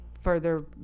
further